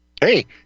Hey